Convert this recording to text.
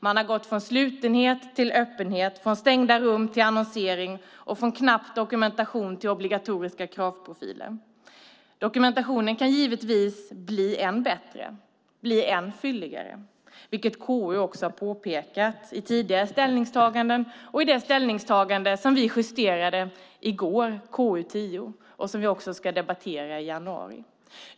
Man har gått från slutenhet till öppenhet, från stängda rum till annonsering och från knapp dokumentation till obligatoriska kravprofiler. Dokumentationen kan givetvis bli än bättre, bli än fyllare, vilket KU också har påpekat i tidigare ställningstaganden och i det ställningstagande som vi justerade i går, KU10, och som vi ska debattera i januari.